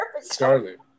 Scarlet